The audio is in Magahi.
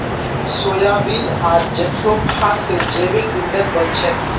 सोयाबीन आर जेट्रोफा स जैविक ईंधन बन छेक